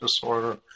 disorder